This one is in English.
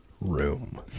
room